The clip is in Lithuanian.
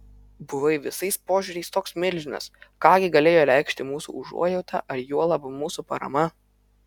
buvai visais požiūriais toks milžinas ką gi galėjo reikšti mūsų užuojauta ar juolab mūsų parama